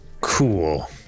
cool